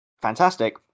Fantastic